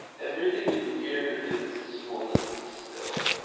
everything in here is. swollen. still.